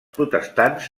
protestants